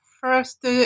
first